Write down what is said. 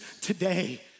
today